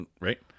right